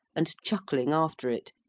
and chuckling after it,